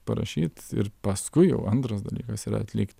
parašyt ir paskui jau antras dalykas yra atlikt